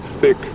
thick